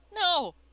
No